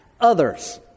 others